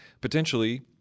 potentially